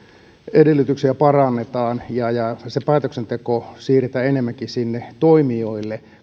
edellytyksiä parannetaan ja ja että sitä päätöksentekoa siirretään viranomaisilta enemmänkin sinne toimijoille